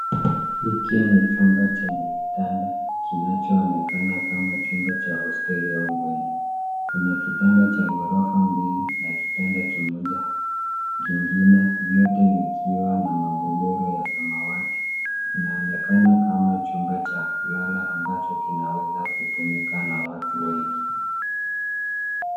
Hiki ni chumba chenye vitanda kinachoonekana kama chumba cha hosteli au bweni. Kuna kitanda cha ghorofa mbili na kitanda kimoja kingine, vyote vikiwa na magodoro ya samawati. Inaonekana kama chumba cha kulala ambacho kinaweza kutumika na watu wengi.